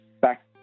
back